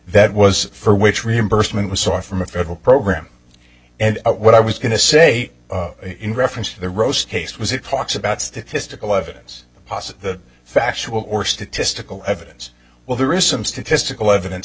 that was for which reimbursement was sought from a federal program and what i was going to say in reference to the roast case was it talks about statistical evidence plus the factual or statistical evidence well there is some statistical evidence